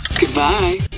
Goodbye